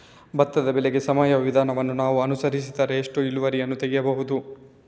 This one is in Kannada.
ಭತ್ತದ ಬೆಳೆಗೆ ಸಾವಯವ ವಿಧಾನವನ್ನು ನಾವು ಅನುಸರಿಸಿದರೆ ಎಷ್ಟು ಇಳುವರಿಯನ್ನು ತೆಗೆಯಬಹುದು?